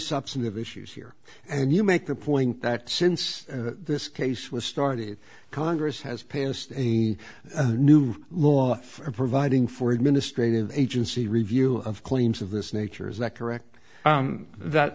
substantive issues here and you make the point that since this case was started congress has passed a new law for providing for administrative agency review of claims of this nature is that correct that